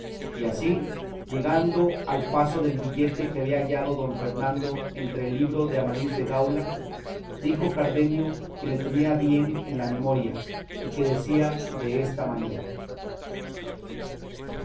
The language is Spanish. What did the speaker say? y así llegando al paso del billete que había hallado don fernando entre el libro de amadís de gaula dijo cardenio que le tenía bien en la memoria y que decía desta manera